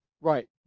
Right